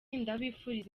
ndabifuriza